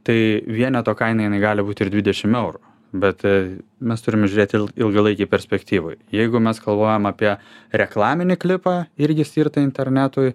tai vieneto kaina jinai gali būt ir dvidešim eurų bet mes turim žiūrėt il ilgalaikėj perspektyvoj jeigu mes galvojam apie reklaminį klipą irgi skirtą internetui